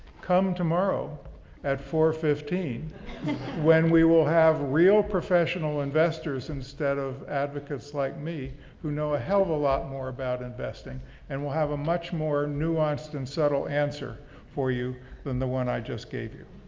come tomorrow at four fifteen when we will have real professional investors instead of advocates like me who know a hell of a lot more about investing and we'll have a much more nuanced and subtle answer for you than the one i just gave you.